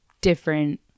different